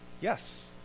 Yes